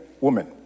woman